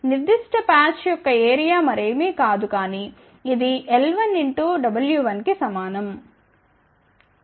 కాబట్టి నిర్దిష్ట పాచ్ యొక్క ఏరియా మరేమి కాదు కానీ ఇది l1w1కు సమానం